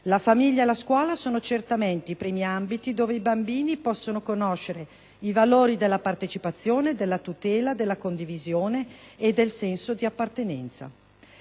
La famiglia e la scuola sono certamente i primi ambiti dove i bambini possono conoscere i valori della partecipazione, della tutela, della condivisione e del senso di appartenenza.